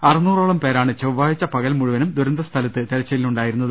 അറുന്നോറോളം പേരാണ് ചൊവ്വാഴ്ച പകൽ മുഴുവനും ദുരന്ത സ്ഥലത്ത് തെരച്ചിലിനുണ്ടായിരുന്നത്